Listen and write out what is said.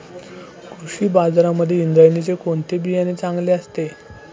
कृषी बाजारांमध्ये इंद्रायणीचे कोणते बियाणे चांगले असते?